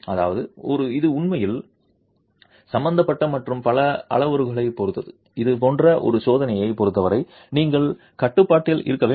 அதாவது இது உண்மையில் சம்பந்தப்பட்ட மற்றும் பல அளவுருக்களைப் பொறுத்தது இது போன்ற ஒரு சோதனையைப் பொருத்தவரை நீங்கள் கட்டுப்பாட்டில் இருக்க வேண்டும்